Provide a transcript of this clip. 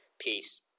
Peace